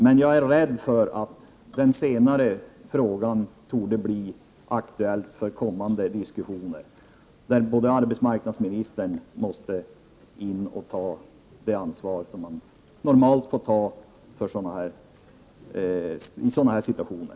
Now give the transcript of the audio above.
Men jag är rädd för att den frågan blir aktuell i kommande diskussioner, där arbetsmarknadsministern måste ta det ansvar som man normalt får ta i sådana här situationer.